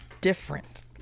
different